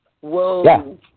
Whoa